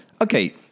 okay